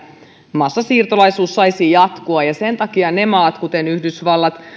massasiirtolaisuus saisi jatkua sen takia ne maat kuten yhdysvallat